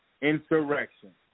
Insurrection